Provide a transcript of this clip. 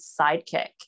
sidekick